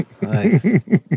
Nice